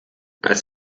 als